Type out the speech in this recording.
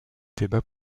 débats